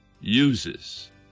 uses